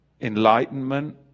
Enlightenment